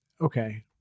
okay